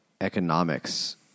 economics